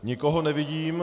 Nikoho nevidím...